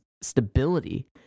stability